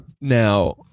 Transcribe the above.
Now